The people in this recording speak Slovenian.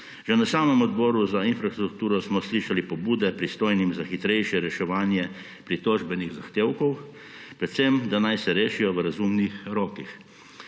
Že na seji Odbora za infrastrukturo smo slišali pobude pristojnim za hitrejše reševanje pritožbenih zahtevkov, predvsem da naj se rešijo v razumnih rokih.